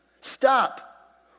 stop